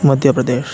Madhya Pradesh